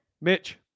Mitch